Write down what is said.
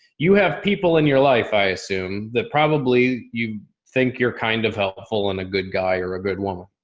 you have people in your life. i assume that probably you think you're kind of helpful and a good guy or a good woman.